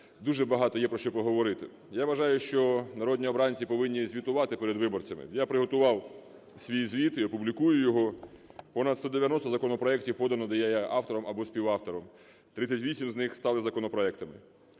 дуже багато є про що поговорити. Я вважаю, що народні обранці повинні звітувати перед виборцями. Я приготував свій звіт і опублікую його. Понад 190 законопроектів подано, де я є автором або співавтором, 38 з них стали законопроектами.